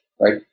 right